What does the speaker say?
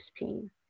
pain